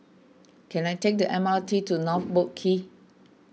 can I take the M R T to North Boat Quay